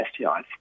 STIs